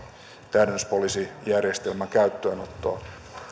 täydennyspoliisijärjestelmän käyttöönottoa